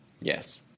Yes